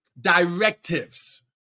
directives